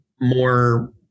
more